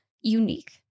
unique